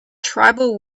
tribal